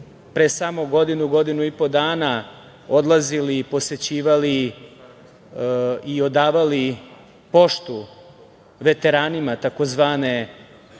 pre samo godinu, godinu i po dana, odlazili i posećivali i odavali poštu veteranima tzv.